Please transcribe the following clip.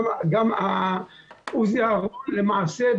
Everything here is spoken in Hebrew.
גם עוזי אהרון למעשה,